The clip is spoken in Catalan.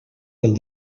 del